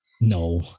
no